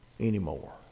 anymore